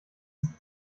ist